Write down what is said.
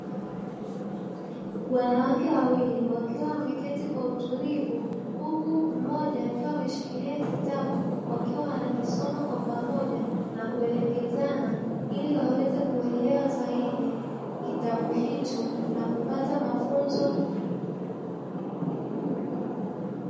Wanawake wawili wakiwa wameketi kwa utulivu, huku mmoja akiwa ameshikilia kitabu, wakiwa wanakisoma kwa pamoja na kuelekezana ili waweze kuelewa zaidi kitabu hicho na kupata mafunzo.